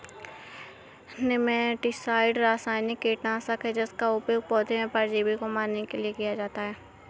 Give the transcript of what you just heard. nematicide रासायनिक कीटनाशक है जिसका उपयोग पौधे परजीवी को मारने के लिए किया जाता है